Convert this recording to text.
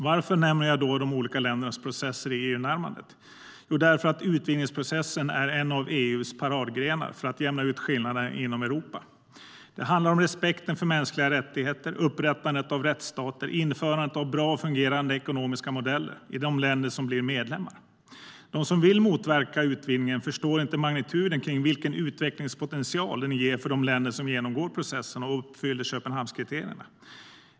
Varför nämner jag då de olika ländernas processer i EU-närmandet? Jo, därför att utvidgningsprocessen är en av EU paradgrenar för att jämna ut skillnaderna inom Europa. Det handlar om respekten för mänskliga rättigheter, upprättandet av rättsstater och införandet av bra och fungerande ekonomiska modeller i de länder som blir medlemmar. De som vill motverka utvidgningen förstår inte magnituden kring vilken utvecklingspotential den ger för de länder som genomgår processen och uppfyller Köpenhamnskriterierna.